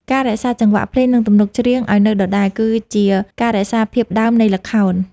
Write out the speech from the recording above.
ការរក្សាចង្វាក់ភ្លេង និងទំនុកច្រៀងឱ្យនៅដដែល គឺជាការរក្សាភាពដើមនៃល្ខោន។